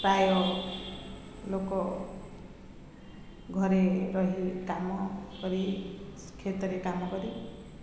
ପ୍ରାୟ ଲୋକ ଘରେ ରହି କାମ କରି କ୍ଷେତରେ କାମ କରି